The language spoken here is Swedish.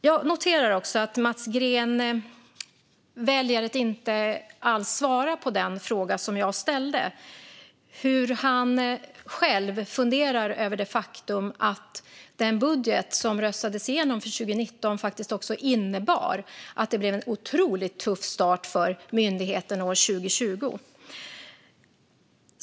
Jag noterar också att Mats Green väljer att inte alls svara på den fråga jag ställde, nämligen hur han själv funderar över det faktum att den budget som röstades igenom för 2019 faktiskt även innebar en otroligt tuff start för myndigheten år 2020.